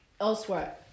elsewhere